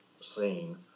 seen